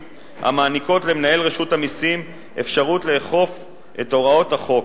המעניקות למנהל רשות המסים אפשרות לאכוף את הוראות החוק.